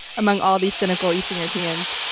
among all of these cynical eastern europeans.